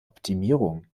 optimierung